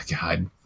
God